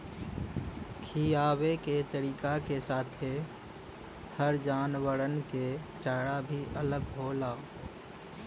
खिआवे के तरीका के साथे हर जानवरन के चारा भी अलग होला